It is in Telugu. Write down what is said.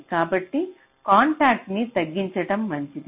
కాబట్టి కాంటాక్ట్ న్ని తగ్గించడం మంచిది